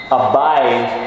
abide